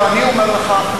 אני אומר לך,